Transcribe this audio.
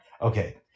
Okay